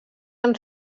ens